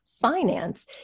finance